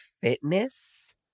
fitness